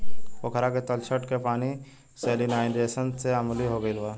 पोखरा के तलछट के पानी सैलिनाइज़ेशन से अम्लीय हो गईल बा